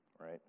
right